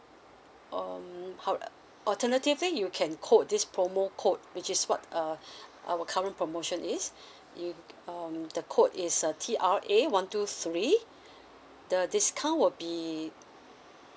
um howe~ alternatively you can code this promo code which is what uh our current promotion is you um the code is uh T R A one two three the discount will be